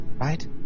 right